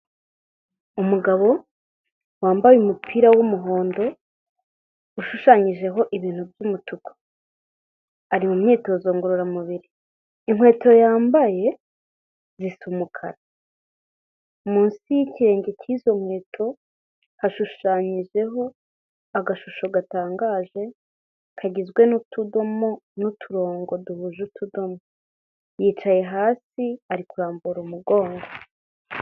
Umugabo wambaye umupira w'umuhondo, ushushanyijeho ibintu by'umutuku. Ari mu myitozo ngororamubiri. Inkweto yambaye zisa umukara. Munsi y'ikirenge cy'izo nkweto hashushanyijeho agashusho gatangaje, kagizwe n'utudomo n'uturongo duhuje utudomo, yicaye hasi ari kurambura umugongo.